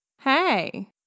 Hey